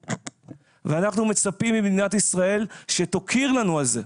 ואנחנו מצפים ממדינת ישראל שתוקיר לנו על זה.